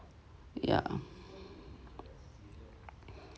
yeah